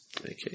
Okay